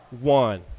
one